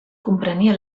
comprenia